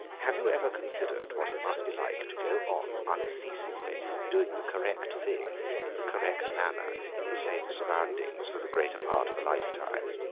have you ever considered what it must be like to go on unceasingly doing the correct thing in the correct manner in the same surroundings for the greater part of a lifetime?